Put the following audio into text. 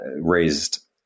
raised